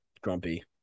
grumpy